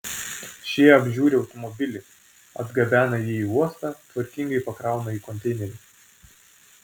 šie apžiūri automobilį atgabena jį į uostą tvarkingai pakrauna į konteinerį